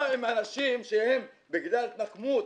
מה עם אנשים שבגלל התנקמות,